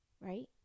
right